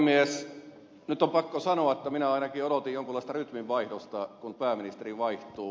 nyt on pakko sanoa että minä ainakin odotin jonkunlaista rytminvaihdosta kun pääministeri vaihtuu